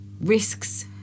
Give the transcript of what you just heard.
Risks